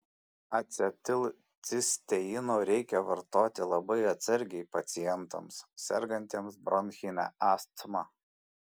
acetilcisteino reikia vartoti labai atsargiai pacientams sergantiems bronchine astma